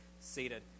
seated